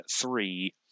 three